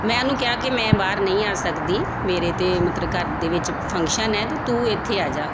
ਮੈਂ ਉਹਨੂੰ ਕਿਹਾ ਕਿ ਮੈਂ ਬਾਹਰ ਨਹੀਂ ਆ ਸਕਦੀ ਮੇਰੇ ਤਾਂ ਮਤਲਬ ਘਰ ਦੇ ਵਿੱਚ ਫੰਕਸ਼ਨ ਹੈ ਅਤੇ ਤੂੰ ਇੱਥੇ ਆ ਜਾ